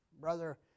brother